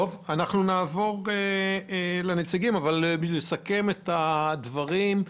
לפני שנעבור לנציגים אסכם את הדברים.